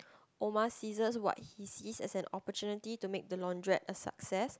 Omar seizes what he sees as an opportunity to make the laundrette a success